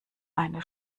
eine